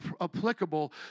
applicable